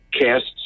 casts